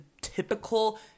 typical